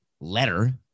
letter